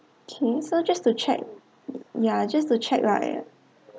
okay so just to check yeah just to check lah